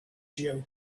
you